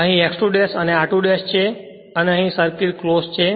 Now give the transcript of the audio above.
અહી X 2 અને r2 ' છે અને સર્કિટ ક્લોજ છે